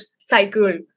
cycle